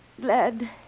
glad